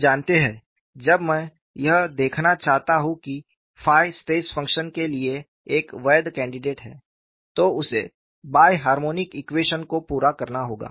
आप जानते हैं जब मैं यह देखना चाहता हूं कि ɸ स्ट्रेस फंक्शन के लिए एक वैध कैंडिडेट है तो उसे बाय हार्मोनिक ईक्वेशन को पूरा करना होगा